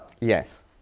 Yes